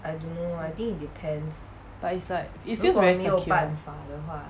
but it's like it feels very secure